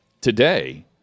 today